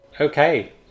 okay